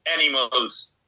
animals